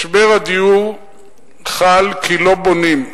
משבר הדיור חל כי לא בונים.